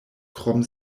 krom